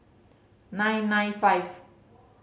nine nine five